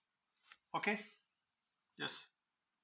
okay yes